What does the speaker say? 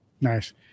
Nice